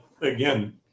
again